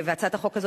והצעת החוק הזו,